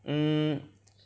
mm